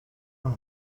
are